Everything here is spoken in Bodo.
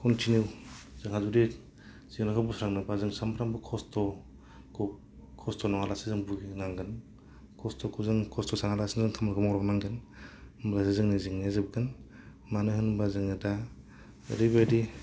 खनथिनिउ जोंहा जुदि जेंनाखौ बोस्रांनोबा जों सामफ्रोमबो खस्थ' खौ खस्थ' नङा जासे जों बुगिनांगोन खस्थ'खौ जों खस्थ' सानना लासैनो खामानिखौ मावलांनांगोन होनब्लासो जोंनि जेंनाया जोबगोन मानो होनबा जोङो दा ओरैबादि